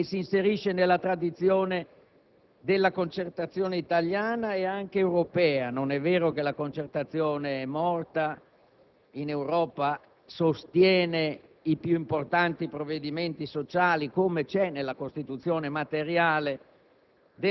che si inserisce nella tradizione della concertazione italiana e anche europea. Non è vero che la concertazione è morta in Europa; sostiene i più importanti provvedimenti sociali come esiste nella Costituzione materiale